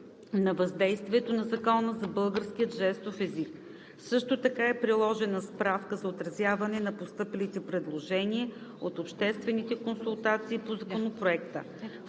на въздействието на Законопроекта за българския жестов език. Също така е приложена Справка за отразяване на постъпилите предложения от обществените консултации по Законопроекта.